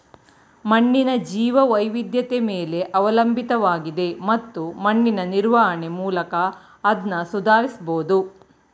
ಮಣ್ಣಿನ ಜೀವವೈವಿಧ್ಯತೆ ಮೇಲೆ ಅವಲಂಬಿತವಾಗಿದೆ ಮತ್ತು ಮಣ್ಣಿನ ನಿರ್ವಹಣೆ ಮೂಲಕ ಅದ್ನ ಸುಧಾರಿಸ್ಬಹುದು